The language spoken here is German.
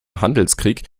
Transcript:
handelskrieg